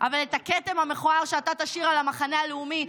אבל את הכתם המכוער שאתה תשאיר על המחנה הלאומי,